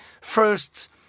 first